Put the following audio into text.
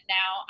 now